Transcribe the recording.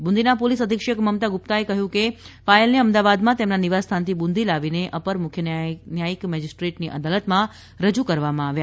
બુંદીના police અધિક્ષક મમતા ગુપ્તાએ કહ્યું છે કે પાયલને અમદાવાદમાં તેમના નિવાસસ્થાનથી બુંદી લાવીને અપર મુખ્ય ન્યાયિક મેજિસ્ટ્રેટની અદાલતમાં રજુ કરવામાં આવ્યા